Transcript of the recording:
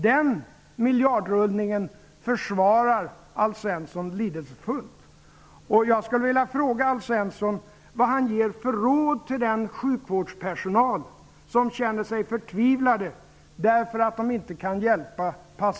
Den miljardrullningen försvarar Alf Svensson lidelsefullt.